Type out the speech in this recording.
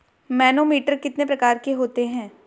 Manometer कितने प्रकार के होते हैं?